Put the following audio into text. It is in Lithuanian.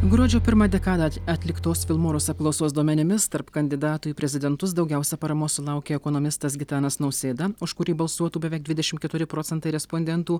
gruodžio pirmą dekadą at atliktos vilmorus apklausos duomenimis tarp kandidatų į prezidentus daugiausia paramos sulaukė ekonomistas gitanas nausėda už kurį balsuotų beveik dvidešim keturi procentai respondentų